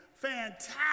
Fantastic